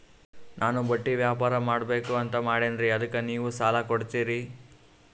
ನಾನು ಬಟ್ಟಿ ವ್ಯಾಪಾರ್ ಮಾಡಬಕು ಅಂತ ಮಾಡಿನ್ರಿ ಅದಕ್ಕ ನೀವು ಸಾಲ ಕೊಡ್ತೀರಿ?